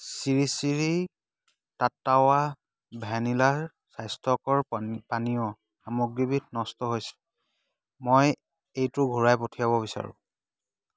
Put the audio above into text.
শ্ৰী শ্ৰী টাট্টাৱা ভেনিলাৰ স্বাস্থ্যকৰ পানীয় সামগ্ৰীবিধ নষ্ট হৈছে মই এইটো ঘূৰাই পঠিয়াব বিচাৰোঁ